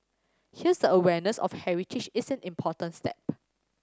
here the awareness of heritage is an important step